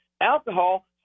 Alcohol